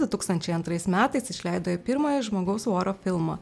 du tūkstančiai antrais metais išleido ir pirmąjį žmogaus voro filmą